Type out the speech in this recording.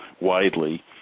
widely